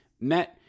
met